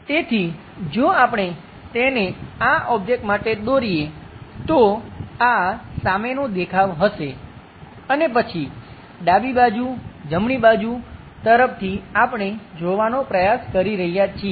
તેથી જો આપણે તેને આ ઓબ્જેક્ટ માટે દોરીએ તો આ સામેનો દેખાવ હશે અને પછી ડાબી બાજુ જમણી બાજુ તરફથી આપણે જોવાનો પ્રયાસ કરી રહ્યા છીએ